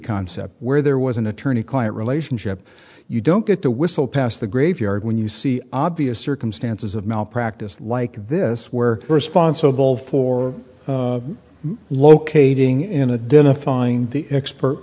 concept where there was an attorney client relationship you don't get to whistle past the graveyard when you see obvious circumstances of malpractise like this where responsible for locating in a dentist find the expert